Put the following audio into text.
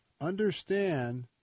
Understand